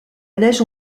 neige